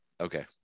Okay